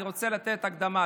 אני רוצה לתת הקדמה.